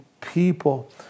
people